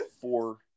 four